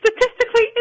Statistically